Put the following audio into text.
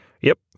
Yep